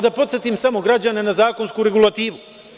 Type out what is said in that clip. Da podsetim samo građane na zakonsku regulativu.